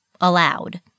allowed